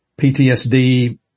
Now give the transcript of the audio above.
PTSD